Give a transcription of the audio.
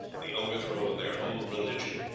the overthrow of their whole religion,